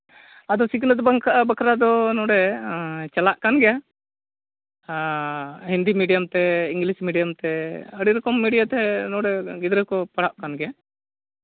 ᱟᱫᱚ ᱥᱤᱠᱷᱱᱟᱹᱛ ᱵᱟᱠᱷᱨᱟ ᱫᱚ ᱱᱚᱰᱮ ᱪᱟᱞᱟᱜ ᱠᱟᱱ ᱜᱮᱭᱟ ᱦᱤᱱᱫᱤ ᱢᱤᱰᱤᱭᱟᱢ ᱛᱮ ᱤᱝᱞᱤᱥ ᱢᱤᱰᱤᱭᱟᱢ ᱛᱮ ᱟᱹᱰᱤ ᱨᱚᱠᱚᱢ ᱢᱤᱰᱤᱭᱟᱢ ᱛᱮ ᱱᱚᱰᱮ ᱜᱤᱫᱽᱨᱟᱹ ᱠᱚ ᱯᱟᱲᱦᱟᱜ ᱠᱟᱱ ᱜᱮᱭᱟ